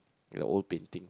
the old painting